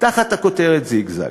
תחת הכותרת "זיגזג".